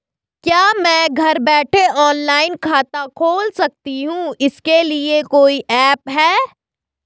क्या मैं घर बैठे ऑनलाइन खाता खोल सकती हूँ इसके लिए कोई ऐप है?